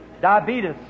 Diabetes